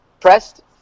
pressed